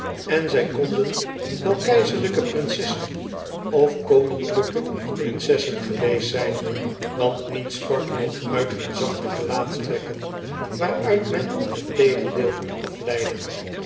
en zij konden wel keizerlijke prinsessen of koninklijke prinsessen geweest zijn want niets sprak nog uit hun zachte gelaatstrekken waaruit men het tegendeel kon afleiden